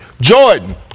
Jordan